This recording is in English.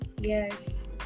Yes